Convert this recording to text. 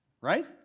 right